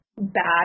bad